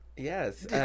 Yes